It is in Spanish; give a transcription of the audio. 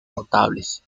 notables